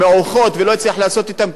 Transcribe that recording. אני לא רוצה שיזרוק אותן לנזקקים.